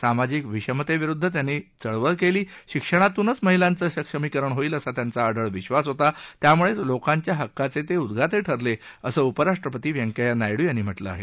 सामाजिक विषमतेविरुद्ध त्यांनी चळवळ केली शिक्षणातूनच महिलांचं सक्षमीकरण होईल असा त्यांचा अढळ विश्वास होता त्यामुळेच लोकांच्या हक्काचे ते उद्गाते ठरले असं उपराष्ट्रपती व्यंकय्या नायडू यांनी म्हटलं आहे